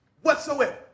whatsoever